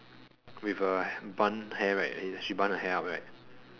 with a bun hair right right she bun her hair up right